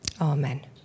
Amen